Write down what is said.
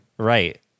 Right